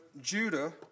Judah